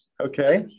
Okay